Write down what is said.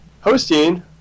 Hosting